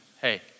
hey